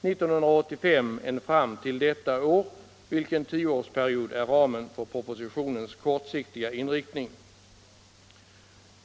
1985 än fram till detta år, vilken tioårsperiod är ramen för propositionens kortsiktiga inriktning.